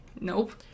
Nope